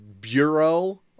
bureau